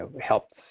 helps